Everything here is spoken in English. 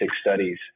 studies